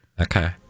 Okay